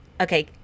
okay